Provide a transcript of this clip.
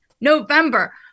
November